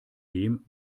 dem